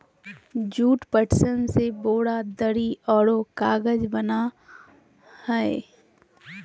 jute, पटसन से बोरा, दरी औरो कागज बना हइ